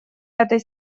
этой